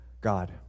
God